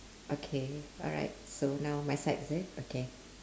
okay alright so now my side is it okay